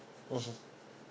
mmhmm